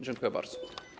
Dziękuję bardzo.